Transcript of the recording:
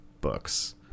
books